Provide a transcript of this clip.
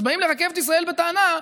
אז באים לרכבת ישראל בטענה.